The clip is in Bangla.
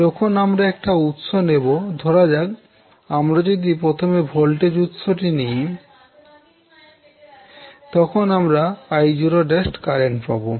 যখন আমরা একটি উৎস নেবো ধরা যাক আমারা যদি প্রথমে ভোল্টেজ উৎসটি নিই তখন আমরা I0′ কারেন্ট পাবো